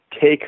take